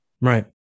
right